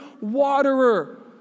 waterer